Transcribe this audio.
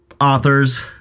authors